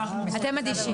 אתם אדישים.